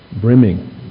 brimming